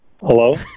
Hello